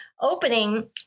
opening